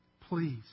Please